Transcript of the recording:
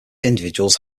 individuals